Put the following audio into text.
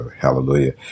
Hallelujah